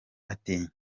ati